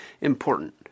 important